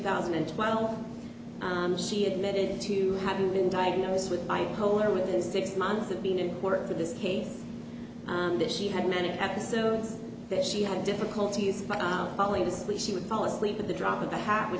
thousand and twelve she admitted to having been diagnosed with bipolar within six months of being in court for this case that she had manic episodes that she had difficulties falling asleep she would fall asleep at the drop of a hat wh